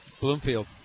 Bloomfield